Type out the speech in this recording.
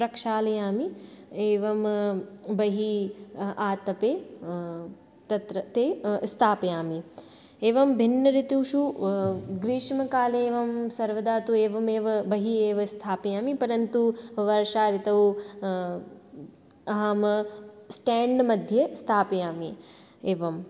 प्रक्षालयामि एवं बहिः आतपे तत्र ते स्थापयामि एवं भिन्नर्तुषु ग्रीष्मकालेवं सर्वदा तु एवमेव बहिः एव स्थापयामि परन्तु वर्षा ऋतौ अहं स्ट्याण्ड्मध्ये स्थापयामि एवम्